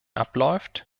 abläuft